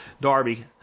darby